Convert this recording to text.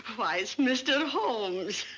why it's mr. holmes.